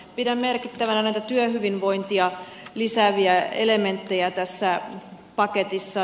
pidän merkittävänä näitä työhyvinvointia lisääviä elementtejä tässä paketissa